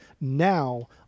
now